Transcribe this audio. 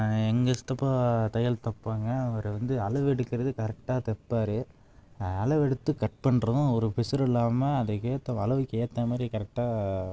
எங்கள் சித்தப்பா தையல் தைப்பாங்க அவர் வந்து அளவு எடுக்கிறது கரெக்டாக தைப்பாரு அளவு எடுத்து கட் பண்ணுறோம் ஒரு பிசிறில்லாமல் அதுக்கேற்ற அளவுக்கு ஏற்ற மாதிரி கரெக்டாக